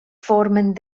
formen